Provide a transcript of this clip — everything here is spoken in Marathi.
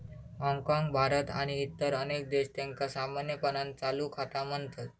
हाँगकाँग, भारत आणि इतर अनेक देश, त्यांका सामान्यपणान चालू खाता म्हणतत